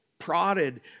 prodded